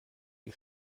die